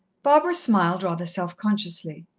barbara smiled rather self-consciously.